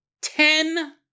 ten